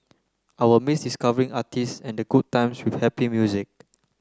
I will miss discovering artists and the good times with happy music